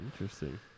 Interesting